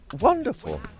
Wonderful